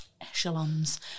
echelons